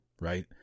right